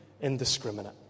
indiscriminate